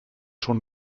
schon